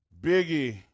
Biggie